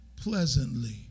pleasantly